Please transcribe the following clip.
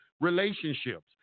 relationships